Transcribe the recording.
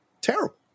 terrible